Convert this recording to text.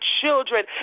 children